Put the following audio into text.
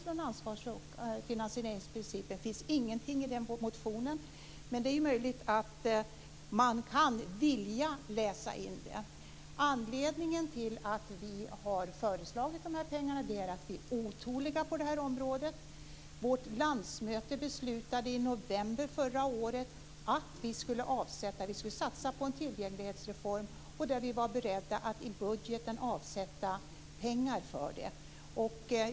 Det finns heller ingenting om detta i motionen. Men det är möjligt att man vill läsa in något sådant. Anledningen till att vi har föreslagit dessa pengar är att vi är otåliga på det här området. Vårt landsmöte beslutade i november förra året att vi skulle satsa på en tillgänglighetsreform, och vi var beredda att avsätta pengar i budgeten för detta.